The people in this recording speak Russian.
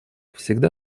всегда